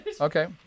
okay